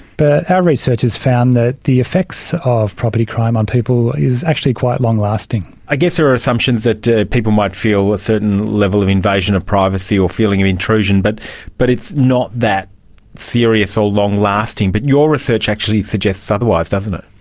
but our research has found that the effects of property crime on people is actually quite long-lasting. i guess there are assumptions that people might feel a certain level of invasion of privacy or feeling of intrusion, but but it's not that serious or long-lasting, but your research actually suggests otherwise, doesn't it.